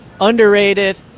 underrated